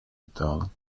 betalen